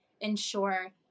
ensure